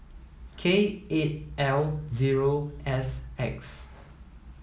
K eight L zero S X